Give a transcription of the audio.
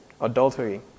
adultery